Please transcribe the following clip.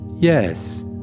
Yes